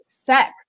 sex